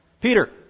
Peter